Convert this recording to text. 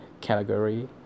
category